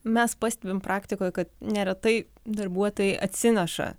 mes pastebim praktikoj kad neretai darbuotojai atsineša